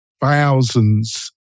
thousands